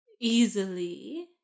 easily